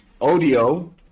Audio